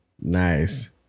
Nice